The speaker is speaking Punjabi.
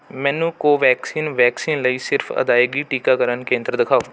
ਮੈਨੂੰ ਕੋਵੈਕਸੀਨ ਵੈਕਸੀਨ ਲਈ ਸਿਰਫ਼ ਅਦਾਇਗੀ ਟੀਕਾਕਰਨ ਕੇਂਦਰ ਦਿਖਾਓ